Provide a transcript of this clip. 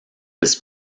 this